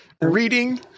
reading